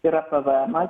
yra pvemas